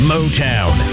Motown